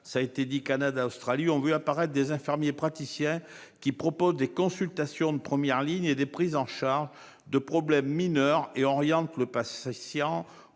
États-Unis, Canada, Australie -ont fait apparaître des infirmiers praticiens qui proposent des consultations de première ligne et des prises en charge de problèmes mineurs, et qui orientent le patient